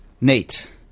nate